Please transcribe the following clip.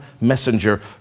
messenger